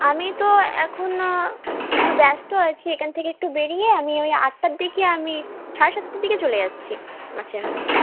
আমি তো এখনও একটু ব্যস্ত আছি এখান থেকে একটু বেরিয়ে আমি ওই আটটার দিকে আমি সাড়ে সাতটার দিকে চলে যাচ্ছি আমার চেম্বারে